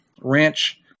ranch